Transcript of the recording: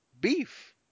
beef